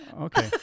okay